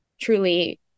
truly